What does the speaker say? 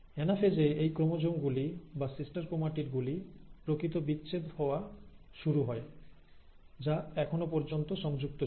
anaphase এ এই chromosome গুলি বা সিস্টার ক্রোমাটিড গুলি প্রকৃত বিচ্ছেদ হওয়া শুরু হয় যা এখনো পর্যন্ত সংযুক্ত ছিল